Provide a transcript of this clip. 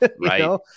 Right